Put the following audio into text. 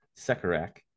Sekarak